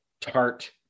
tart